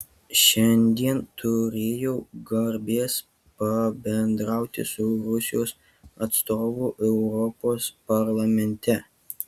šiandien turėjau garbės pabendrauti su rusijos atstovu europos parlamente